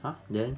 !huh! then